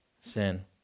sin